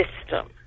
system